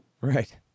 Right